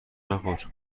نخور